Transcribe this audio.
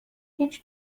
هیچ